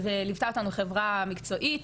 וליוותה אותנו חברה מקצועית,